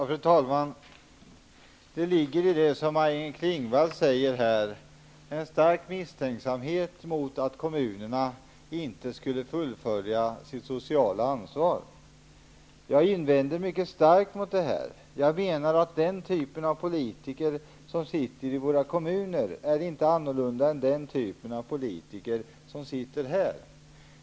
Fru talman! I det Maj-Inger Klingvall säger finns en stark misstanke om att kommunerna inte skulle fullfölja sitt sociala ansvar. Jag invänder mycket starkt mot det. Jag menar att den typ av politiker som sitter i våra kommuner inte är annorlunda än den typ av politiker som sitter här.